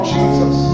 Jesus